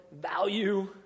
value